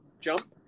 jump